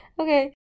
Okay